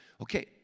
Okay